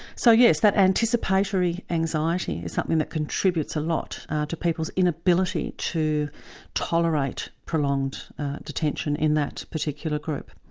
so yes that anticipatory anxiety is something that contributes a lot to people's inability to tolerate prolonged detention in that particular group.